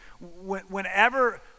whenever